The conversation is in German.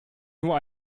nur